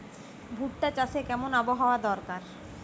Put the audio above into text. ভুট্টা চাষে কেমন আবহাওয়া দরকার?